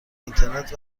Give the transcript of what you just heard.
اینترنت